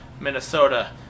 Minnesota